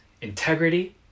integrity